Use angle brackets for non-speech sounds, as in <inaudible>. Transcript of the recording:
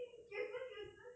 <laughs>